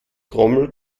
trommel